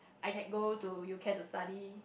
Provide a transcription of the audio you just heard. I can go to U_K to study